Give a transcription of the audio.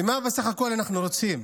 ומה בסך הכול אנחנו רוצים?